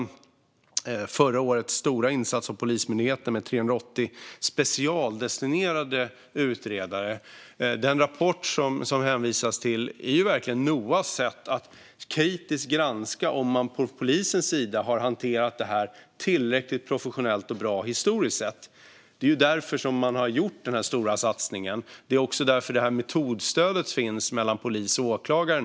Jag tänker också på förra årets stora satsning på Polismyndigheten med 380 särskilda utredare. Den rapport som det hänvisas till är Noas sätt att kritiskt granska om polisen historiskt sett har hanterat det tillräckligt professionellt och bra. Det är därför man har gjort den här stora satsningen. Det är också därför det nu finns ett metodstöd mellan polis och åklagare.